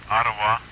Ottawa